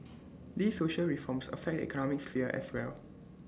these social reforms affect economic sphere as well